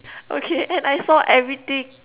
okay and I saw everything